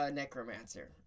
necromancer